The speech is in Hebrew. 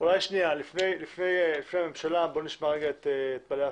לפני הממשלה, נשמע את בעלי העסקים.